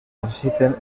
necessiten